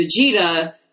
Vegeta